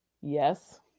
Yes